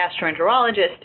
gastroenterologist